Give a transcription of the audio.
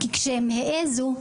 כי כשהם העזו,